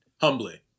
humbly